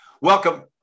Welcome